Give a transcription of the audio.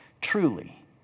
Truly